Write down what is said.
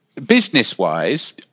Business-wise